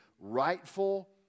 rightful